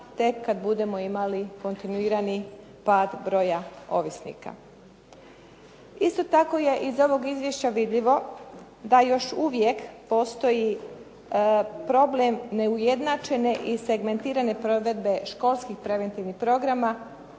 tek kad budemo imali kontinuirani pad broja ovisnika. Isto tako je iz ovog izvješća vidljivo da još uvijek postoji problem neujednačene i segmentirane provedbe školskih preventivnih programa,